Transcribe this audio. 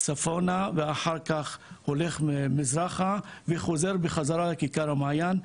צפונה ואחר כך הולך מזרחה וחוזר בחזרה לכיכר המעיין.